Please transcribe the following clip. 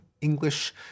English